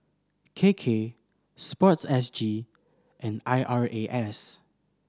K K Sport S G and I R A S